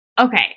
Okay